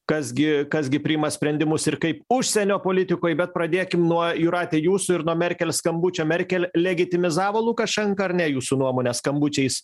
kas gi kas gi priima sprendimus ir kaip užsienio politikoj bet pradėkim nuo jūrate jūsų ir nuo merkel skambučio merkel legetimizavo lukašenką ar ne jūsų nuomone skambučiais